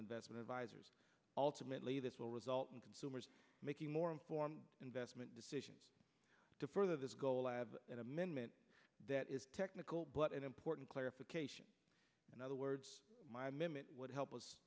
investment advisors ultimately this will result in consumers making more informed investment decisions to further this goal of an amendment that is technical but an important clarification in other words it would help us